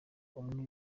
umwe